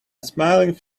smiling